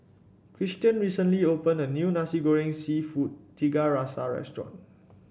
Cristian recently opened a new Nasi Goreng seafood Tiga Rasa restaurant